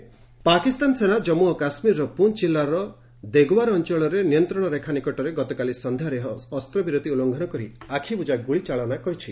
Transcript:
ceasefire violation Pakistan ସେନା ଜନ୍ମୁ ଓ କାଶ୍ମୀରର ପୁଞ୍ ଜିଲ୍ଲାର ଦେଗ୍ୱାର ଅଞ୍ଚଳରେ ନିୟନ୍ତ୍ରଣ ରେଖା ନିକଟରେ ଗତକାଲି ସନ୍ଧ୍ୟାରେ ଅସ୍ତ୍ରବିରତି ଉଲ୍ଲଙ୍ଘନ କରି ଆଖିବୁଜା ଗୁଳି ଚାଳନା କରିଛି